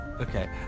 Okay